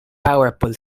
powerful